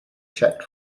checked